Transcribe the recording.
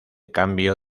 cambio